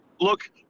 Look